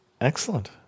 Excellent